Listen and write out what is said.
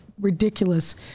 ridiculous